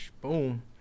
boom